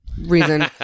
reason